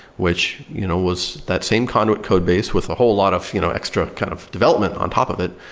which you know was that same conduit code base with a whole lot of you know extra kind of development on top of it.